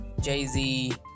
Jay-Z